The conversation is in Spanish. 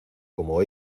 como